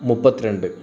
മുപ്പത്തി രണ്ട്